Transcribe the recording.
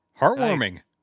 heartwarming